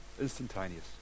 Instantaneous